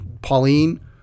Pauline